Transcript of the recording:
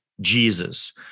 Jesus